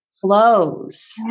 Flows